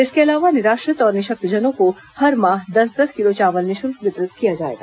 इसके अलावा निराश्रित और निशक्तजनों को हर माह दस दस किलो चावल निश्चल्क वितरित किया जाएगा